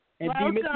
Welcome